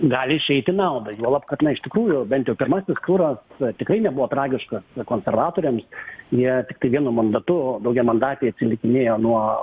gali išeit į naudąjuolab kad na iš tikrųjų bent jau pirmasis turas tikrai nebuvo tragiškas konservatoriams jie tiktai vienu mandatu daugiamandatėj atsilikinėjo nuo